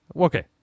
Okay